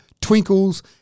twinkles